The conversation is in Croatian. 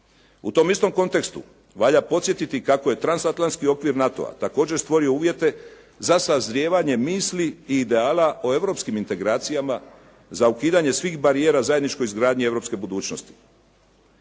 U tom istom kontekstu valja podsjetiti kako je transatlantski okvir NATO-a također stvorio uvjete za sazrijevanje misli i ideala o europskim integracijama za ukidanje svih barijera zajedničkoj izgradnji europske budućnosti.